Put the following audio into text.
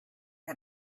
had